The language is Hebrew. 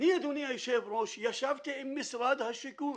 אדוני היושב-ראש, אני ישבתי עם משרד השיכון